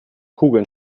kugeln